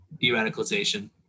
de-radicalization